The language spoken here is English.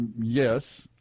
yes